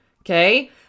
Okay